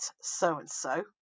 so-and-so